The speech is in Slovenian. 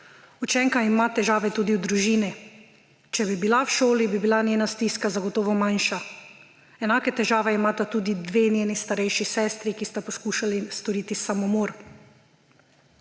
Učenka ima težave tudi v družini, če bi bila v šoli, bi bila njena stiska zagotovo manjša. Enake težave imata tudi dve njeni starejši sestri, ki sta poslušali storiti samomor.